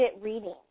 reading